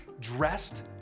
dressed